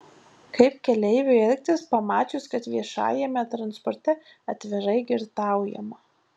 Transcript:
kaip keleiviui elgtis pamačius kad viešajame transporte atvirai girtaujama